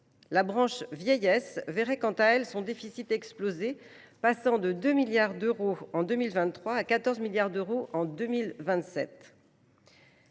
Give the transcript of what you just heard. La branche vieillesse verrait, quant à elle, son déficit exploser : il passerait de 2 milliards d’euros en 2023 à 14 milliards d’euros en 2027.